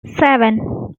seven